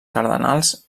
cardenals